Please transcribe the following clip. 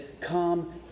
come